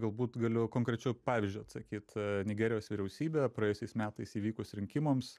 galbūt galiu konkrečiu pavyzdžiu atsakyt nigerijos vyriausybė praėjusiais metais įvykus rinkimams